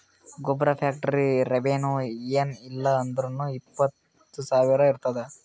ಗೊಬ್ಬರ factory revenue ಏನ್ ಇಲ್ಲ ಅಂದುರ್ನೂ ಇಪ್ಪತ್ತ್ ಸಾವಿರ ಇರ್ತುದ್